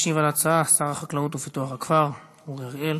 ישיב על ההצעה שר החקלאות ופיתוח הכפר אורי אריאל.